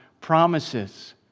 promises